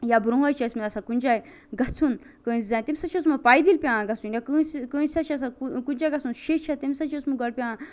یا برونٛہہ حظ چھِ ٲسمتۍ آسان کُنہ جایہِ گَژھُن کٲنٛسہِ زَنہِ تمس حظ چھُ اوسمُت پیدٔلۍ پیٚوان گَژھُن یا کٲنٛسہِ کٲنٛسہِ حظ چھ کُنہ جایہ گَژھُن شیٚش ہیٚتھ تمس حظ چھ اوسمت گۄڈٕ پیٚوان